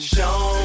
Show